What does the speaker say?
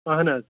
اہَن حظ